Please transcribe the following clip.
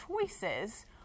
choices